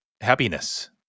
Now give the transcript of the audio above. happiness